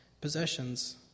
possessions